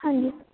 ਹਾਂਜੀ